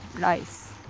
rice